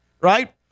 right